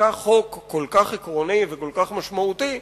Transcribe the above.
דווקא חוק כל כך עקרוני וכל כך משמעותי,